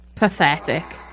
pathetic